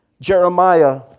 Jeremiah